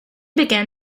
began